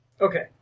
Okay